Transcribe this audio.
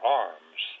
arms